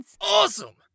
Awesome